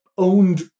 owned